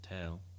tell